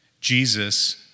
Jesus